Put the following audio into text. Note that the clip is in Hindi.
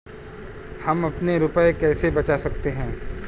हम अपने रुपये कैसे बचा सकते हैं?